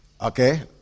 Okay